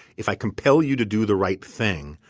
if i compel you to do the right thing,